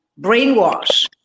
brainwash